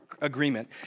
agreement